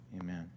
Amen